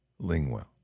Lingwell